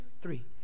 three